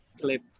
clip